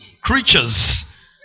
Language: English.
creatures